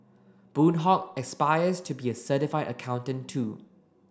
Boon Hock aspires to be a certified accountant too